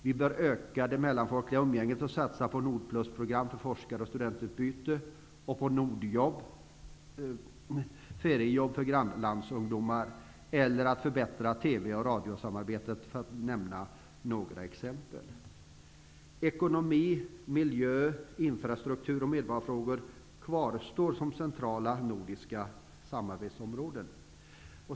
Vi bör t.ex. utöka det mellanfolkliga umgänget och satsa på Nordplus-program för forskare och studentutbyte, på Nordjobb, dvs. feriejobb för grannlandsungdomar, och på att förbättra tv och radiosamarbetet. Ekonomi, miljö, infrastruktur och medborgarfrågor kvarstår som centrala nordiska samarbetsområden.